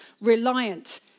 reliant